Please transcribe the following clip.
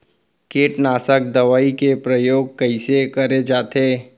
कीटनाशक दवई के प्रयोग कइसे करे जाथे?